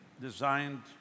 designed